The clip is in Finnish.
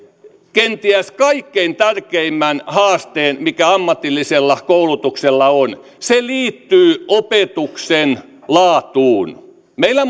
kenties kaikkein tärkeimmän haasteen mikä ammatillisella koulutuksella on se liittyy opetuksen laatuun meillä